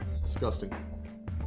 disgusting